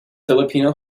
filipino